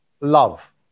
Love